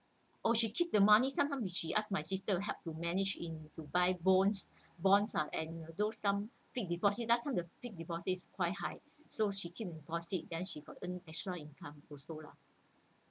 oh she keeps the money sometimes she asked my sister to help to manage in to buy bonds bonds ah and those some fix deposit last time the fix deposit is quite high so she keep deposit then she got earn extra income also lah